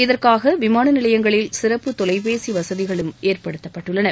இதற்காக விமானநிலையங்களில் சிறப்பு தொலைபேசி வசதிகளும் ஏற்படுத்தப்பட்டுள்ளன